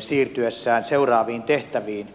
siirtyy seuraaviin tehtäviin